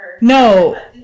No